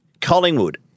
Collingwood